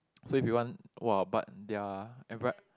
so if you want !wah! but their enviro~